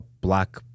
black